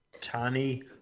Tani